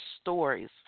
stories